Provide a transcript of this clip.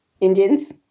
Indians